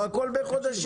פה הכול בחודשים.